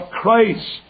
Christ